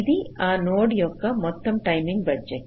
ఇది ఆ నోడ్ యొక్క మొత్తం టైమింగ్ బడ్జెట్